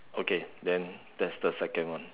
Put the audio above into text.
okay then that's the second one